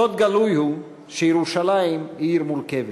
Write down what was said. סוד גלוי הוא שירושלים היא עיר מורכבת.